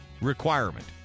requirement